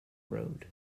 road